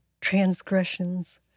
transgressions